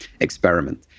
experiment